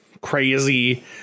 crazy